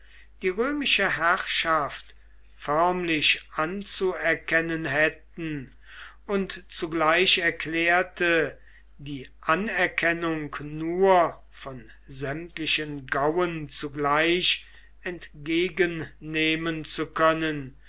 die römische herrschaft förmlich anzuerkennen hätten und zugleich erklärte die anerkennung nur von sämtlichen gauen zugleich entgegennehmen zu können